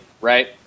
right